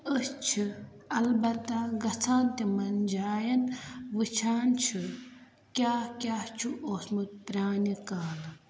أسۍ چھِ البتہ گژھان تِمَن جایَن وٕچھان چھِ کیٛاہ کیٛاہ چھُ اوسمُت پرٛانہِ کالہٕ